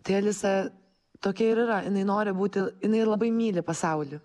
tai alisa tokia ir yra jinai nori būti jinai labai myli pasaulį